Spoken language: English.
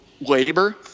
labor